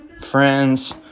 friends